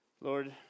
Lord